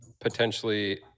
potentially